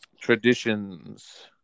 traditions